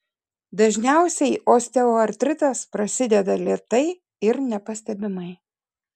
dažniausiai osteoartritas prasideda lėtai ir nepastebimai